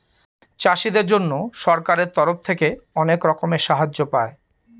চাষীদের জন্য সরকারের তরফ থেকে অনেক রকমের সাহায্য পায়